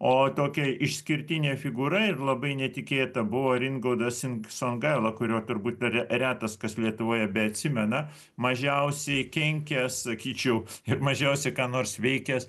o tokia išskirtinė figūra ir labai netikėta buvo ringaudas sin songaila kurio turbūt dar retas kas lietuvoje beatsimena mažiausiai kenkęs sakyčiau ir mažiausiai ką nors veikęs